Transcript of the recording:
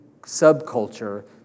subculture